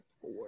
four